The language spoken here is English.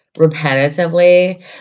repetitively